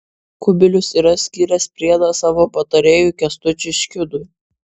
kubilius yra skyręs priedą savo patarėjui kęstučiui škiudui